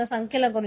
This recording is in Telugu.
Momentum flowc